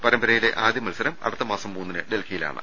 പരമ്പരയിലെ ആദ്യമത്സരം അടുത്ത മാസം മൂന്നിന് ഡൽഹി യിലാണ്